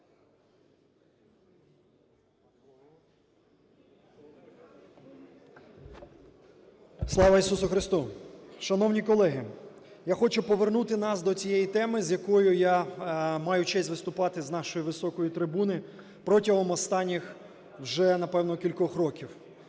Слава Ісусу Христу! Шановні колеги, я хочу повернути нас до цієї теми, з якою я маю честь виступати з нашої високої трибуни протягом останніх вже напевне кількох років.